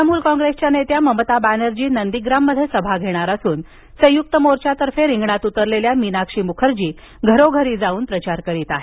तृणमूल कॉंग्रेसच्या नेत्या ममता बॅनर्जी नंदीग्राममध्ये सभा घेणार असून संयुक्त मोर्चातर्फे रिंगणात उतरलेल्या मीनाक्षी मुखर्जी घरोघर जाऊन प्रचार करणार आहेत